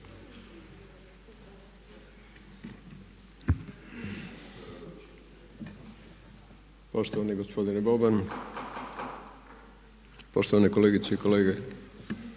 Poštovani gospodine Boban, poštovane kolegice i kolege